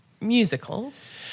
musicals